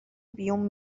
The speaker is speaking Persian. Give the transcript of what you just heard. بیوم